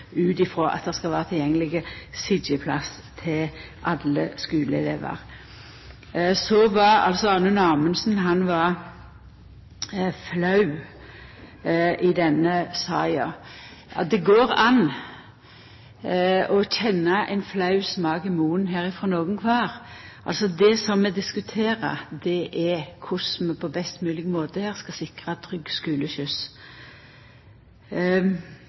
ut frå at det skal vera tilgjengelege sitjeplassar til alle skuleelevane. Så var Anders Anundsen flau med omsyn til denne saka. Det går an for mange å kjenna ein flau smak i munnen. Det som vi diskuterer, er korleis vi på ein best mogleg måte skal sikra trygg skuleskyss.